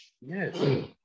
yes